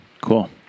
Cool